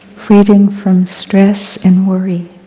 freedom from stress and worry.